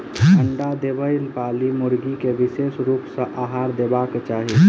अंडा देबयबाली मुर्गी के विशेष रूप सॅ आहार देबाक चाही